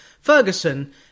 Ferguson